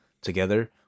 together